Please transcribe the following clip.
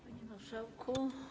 Panie Marszałku!